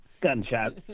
gunshots